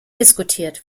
diskutiert